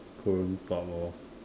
Korean power